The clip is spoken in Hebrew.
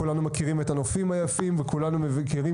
כולנו מכירים את הנופים היפים וכולנו מכירים